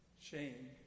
shame